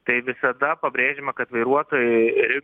tai visada pabrėžiama kad vairuotojai